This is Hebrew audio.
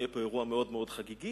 יהיה כאן אירוע מאוד חגיגי,